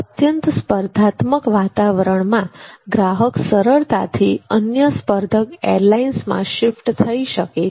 અત્યંત સ્પર્ધાત્મક વાતાવરણમાં ગ્રાહક સરળતાથી અન્ય સ્પર્ધક એરલાઇન્સમાં શિફ્ટ થઇ શકે છે